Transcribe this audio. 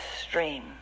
stream